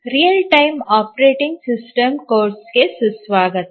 real time operating system ಪಠ್ಯಕ್ರಮಗೆ ಸುಸ್ವಾಗತ